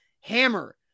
hammer